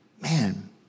man